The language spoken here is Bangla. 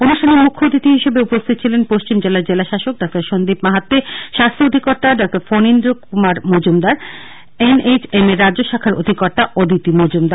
অনুষ্ঠানে মুখ্য অতিথি হিসেবে উপস্থিত ছিলেন পশ্চিম জেলার জেলাশাসক ডাঃ সন্দীপ মাহাত্বে স্বাস্থ্য অধিকর্তা ডাঃ Phanindra Kumar Majumdar N H M র রাজ্য শাখার অধিকর্তা অদিতি মজুমদার